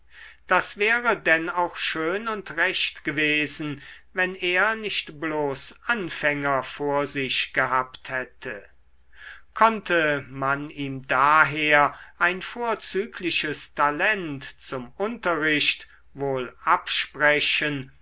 das wäre denn auch schön und recht gewesen wenn er nicht bloß anfänger vor sich gehabt hätte konnte man ihm daher ein vorzügliches talent zum unterricht wohl absprechen